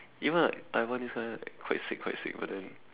even like Taiwan this kind quite sick quite sick but then